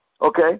Okay